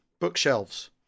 Bookshelves